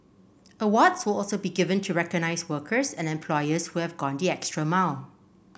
awards will also be given to recognise workers and employers who have gone the extra mile